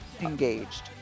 engaged